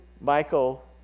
Michael